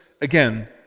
again